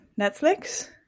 netflix